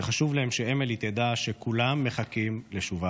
חשוב להם שאמילי תדע שכולם מחכים לשובה